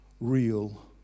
real